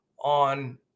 on